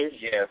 Yes